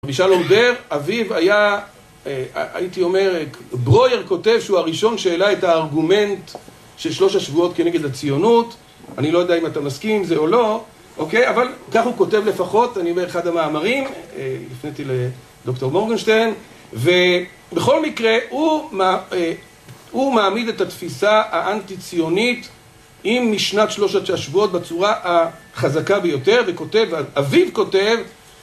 רבי שלום דר, אביו היה, הייתי אומר, ברויר כותב שהוא הראשון שהעלה את הארגומנט של שלוש השבועות כנגד הציונות, אני לא יודע אם אתה מסכים עם זה או לא, אוקיי, אבל כך הוא כותב לפחות, אני באחד המאמרים, הפניתי לדוקטור מורגנשטיין, ובכל מקרה הוא מעמיד את התפיסה האנטי ציונית עם משנת שלושת השבועות בצורה החזקה ביותר, וכותב, אביו כותב,